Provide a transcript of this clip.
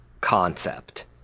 concept